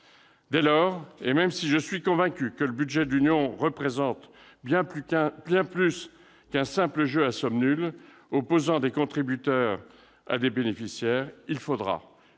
Dès lors, et même si je suis convaincu que le budget de l'Union européenne est bien plus qu'un simple jeu à somme nulle opposant des contributeurs à des bénéficiaires, il faudra